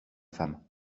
femme